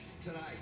tonight